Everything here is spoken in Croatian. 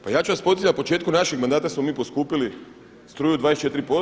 Pa ja ću vas podsjetiti na početku našeg mandata smo mi poskupili struju 24%